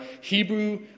Hebrew